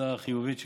התוצאה החיובית שלהם.